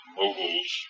moguls